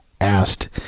asked